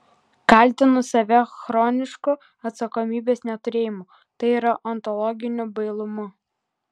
kaltinu save chronišku atsakomybės neturėjimu tai yra ontologiniu bailumu